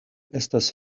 estas